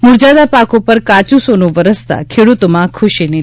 મુરજાતા પાકો પર કાચુ સોનુ વરસતા ખેડૂતોમાં ખુશીની લહેર